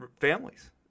families